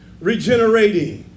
regenerating